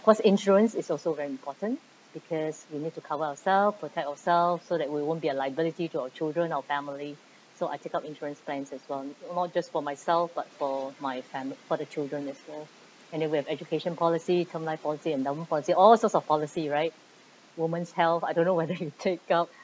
course insurance is also very important because we need to cover ourselves protect ourselves so that we won't be a liability to our children our family so I take up insurance plans as well not just for myself but for my fami~ for the children as well and there were education policy term life policy endowment policy all sorts of policy right woman's health I don't know whether you take out